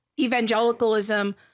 evangelicalism